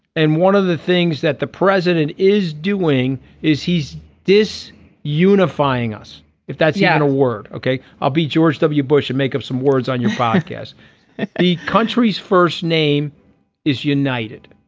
and one of the things that the president is doing is he's this unifying us if that's yeah the word. ok i'll be george w. bush and make up some words on your back as the country's first name is united.